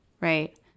right